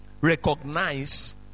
Recognize